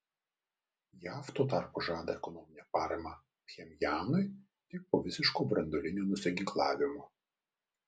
jav tuo tarpu žada ekonominę paramą pchenjanui tik po visiško branduolinio nusiginklavimo